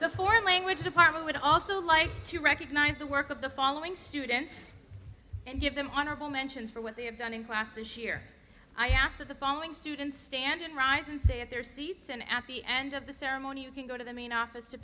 the foreign language department would also like to recognize the work of the following students and give them honorable mentions for what they have done in class this year i ask the following students stand and rise and stay at their seats and at the end of the ceremony you can go to the main office to